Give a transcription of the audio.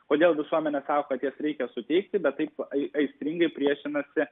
kodėl visuomenė sako kad reikia suteikti bet taip aistringai priešinasi